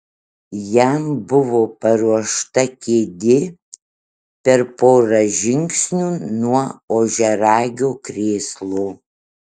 jam buvo paruošta kėdė per porą žingsnių nuo ožiaragio krėslo